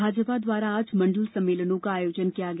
भाजपा द्वारा आज मंडल सम्मेलनों का आयोजन किया गया